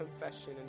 confession